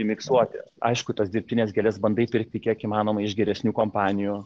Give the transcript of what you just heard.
miksuoti aišku tos dirbtines gėles bandai pirkti kiek įmanoma iš geresnių kompanijų